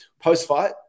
post-fight